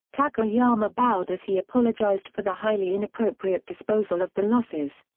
takayama bowed as he apologised for the highly inappropriate disposal of the losses.